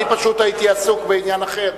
פשוט הייתי עסוק בעניין אחר.